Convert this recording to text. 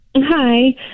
hi